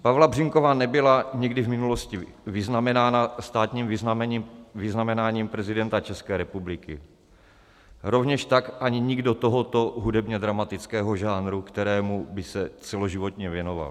Pavla Břínková nebyla nikdy v minulosti vyznamenána státním vyznamenáním prezidenta České republiky, rovněž tak ani nikdo z tohoto hudebnědramatického žánru, kterému by se celoživotně věnoval.